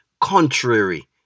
contrary